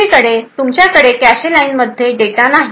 दुसरीकडे तुम्हाला कॅशेलाईन मध्ये नाही